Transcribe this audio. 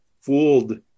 fooled